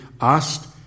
asked